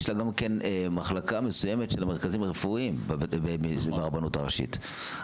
יש לה גם מחלקה מסוימת של מרכזים רפואיים ברבנות הראשית,